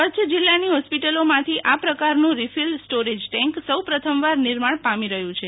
કચ્છ જિલ્લાની હોસ્પિટલોમાંથી આ પ્રકારનું રીલિફ સ્ટોરેજ ટેન્ક સૌ પ્રથમવાર નિર્માણ પામો રહયું છે